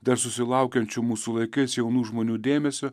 dar susilaukiančių mūsų laikais jaunų žmonių dėmesio